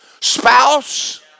spouse